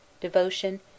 devotion